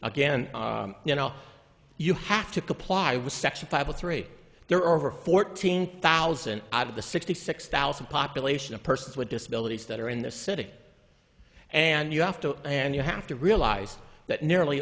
again you know you have to comply with section five zero three there are over fourteen thousand out of the sixty six thousand population of persons with disabilities that are in the city and you have to and you have to realize that nearly